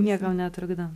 niekam netrukdo